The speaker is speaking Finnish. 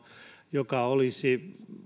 joka olisi